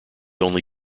only